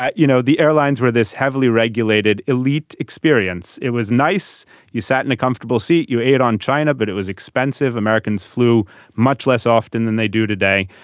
yeah you know the airlines were this heavily regulated elite experience. it was nice you sat in a comfortable seat you aid on china but it was expensive americans flew much less often than they do today.